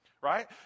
right